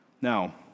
Now